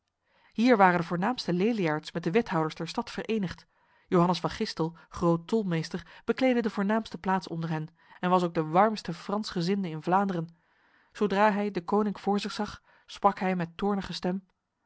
hier waren de voornaamste leliaards met de wethouders der stad verenigd johannes van gistel groot tolmeester bekleedde de voornaamste plaats onder hen en was ook de warmste fransgezinde in vlaanderen zodra hij deconinck voor zich zag sprak hij met toornige stem